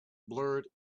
blurred